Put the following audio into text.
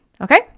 Okay